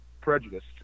prejudiced